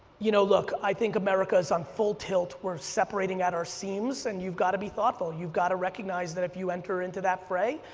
you know, look, i think america is on full tilt, we're separating at our seams and you've got to be thoughtful, you've got to recognize that if you enter into that fray,